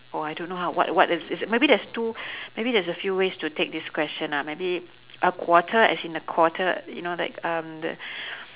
or I don't know how what what is is it maybe there's two maybe there's a few ways to take this question ah maybe a quarter as in a quarter you know like um the